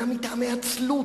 הכול ביטחון",